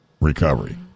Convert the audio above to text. recovery